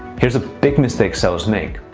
here's a big mistake sellers make.